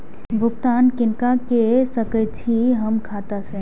भुगतान किनका के सकै छी हम खाता से?